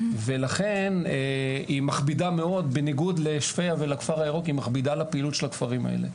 ולכן היא מכבידה מאוד על הפעילות של הכפרים האלה.